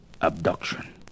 Abduction